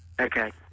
Okay